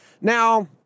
Now